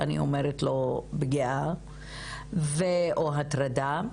אני קוראת לו פגיעה או הטרדה,